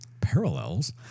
parallels